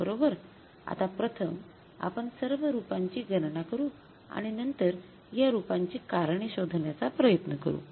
बरोबर आता प्रथम आपण सर्व रूपांची गणना करू आणि नंतर या रुपांची कारणे शोधण्याचा प्रयत्न करू